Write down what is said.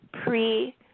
pre-